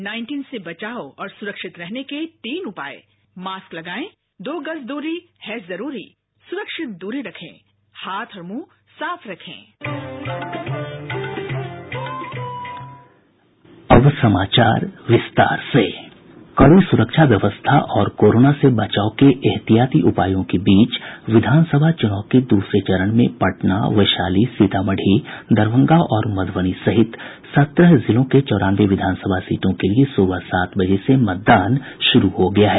bite कड़ी सुरक्षा व्यवस्था और कोरोना से बचाव के एहतियाती उपायों के बीच विधानसभा चुनाव के दूसरे चरण में पटना वैशाली सीतामढ़ी दरभंगा और मधुबनी सहित सत्रह जिलों के चौरानवे विधानसभा सीटों के लिए सुबह सात बजे से मतदान शुरू हो गया है